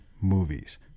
movies